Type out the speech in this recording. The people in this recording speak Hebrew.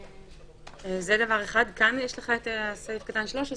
דבר שני - יש סעיף (13),